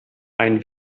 ein